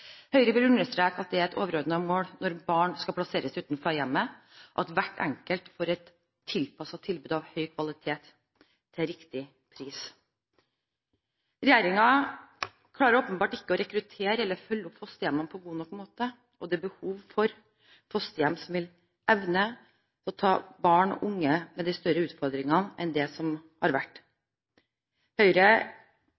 Høyre vil understreke at det er et overordnet mål når barn skal plasseres utenfor hjemmet, at hvert enkelt får et tilpasset tilbud av høy kvalitet til riktig pris. Regjeringen klarer åpenbart ikke å rekruttere eller følge opp fosterhjemmene på en god nok måte. Det er behov for fosterhjem som vil, og som evner å ta til seg barn og unge med større utfordringer enn det som